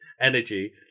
energy